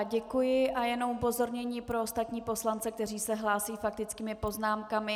Děkuji a jen upozornění pro ostatní poslance, kteří se hlásí s faktickými poznámkami.